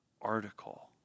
article